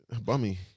bummy